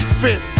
fit